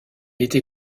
était